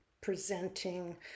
presenting